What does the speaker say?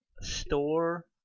Store